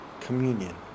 communion